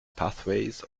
pathways